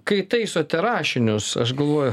kai taisote rašinius aš galvoju